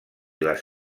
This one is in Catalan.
les